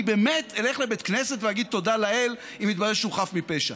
אני באמת אלך לבית כנסת ואגיד תודה לאל אם יתברר שהוא חף מפשע.